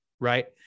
Right